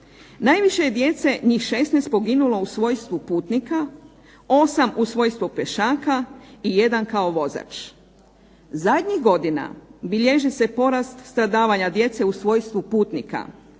Najviše je djece njih 16 poginulo u svojstvu putnika, 8 u svojstvu pješaka i jedan kao vozač. Zadnjih godina bilježi se porast stradavanja djece u svojstvu putnika.